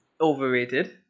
overrated